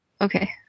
Okay